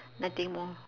nothing more